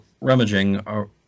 rummaging